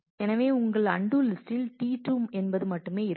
எனவே உங்கள் அன்டூ லிஸ்டில் T2 என்பது மட்டுமே இருக்கும்